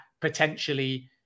potentially